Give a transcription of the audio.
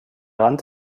rand